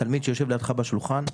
תלמיד שיש לידך בשולחן,